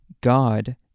God